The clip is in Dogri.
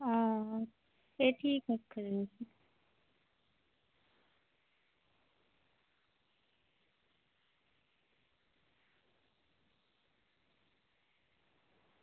आं एह् ठीक आक्खै दे तुस